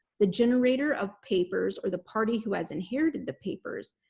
the generator of papers or the party who has inherited the papers,